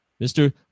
Mr